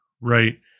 right